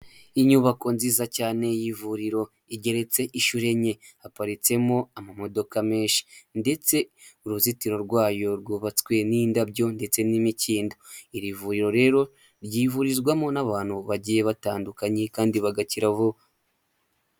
Inyubako nziza cyane y'ivuriro igeretse inshuro enye, haparitsemo amamodoka menshi ndetse uruzitiro rwayo rwubatswe n'indabyo ndetse n'imikindo. Iri vuriro rero ryivurizwamo n'abantu bagiye batandukanye kandi bagakira vuba.